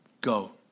Go